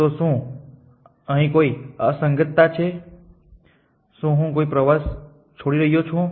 તો શું અહીં કોઈ અસંગતતા છે શું હું કોઈ પ્રવાસ છોડી રહ્યો છું